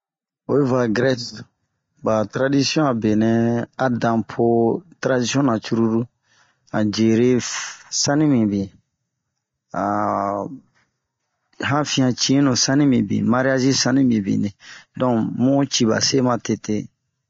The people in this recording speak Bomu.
Oyi va Gɛrɛk ,ba taradisiɔn abenɛh adan poo taradisiɔn na cururu, Han jiere sani mibin, han hanfian cinro sani mibin, mariyagi sanimibini. Donke bun cii ba se matete.